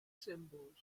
symbols